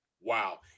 Wow